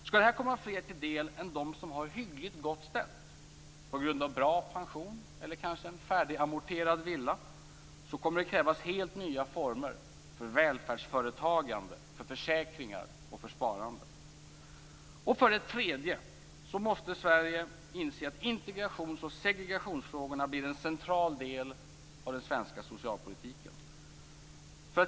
Skall det här komma fler till del än dem som har det hyggligt gott ställt på grund av bra pension eller kanske en färdigamorterad villa kommer det att krävas helt nya former för "välfärdsföretagande", för försäkringar och för sparande. För det tredje måste Sverige inse att integrationsoch segregationsfrågorna blir en central del av den svenska socialpolitiken.